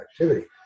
activity